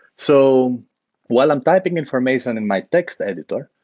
so while i'm typing information in my text editor,